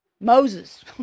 Moses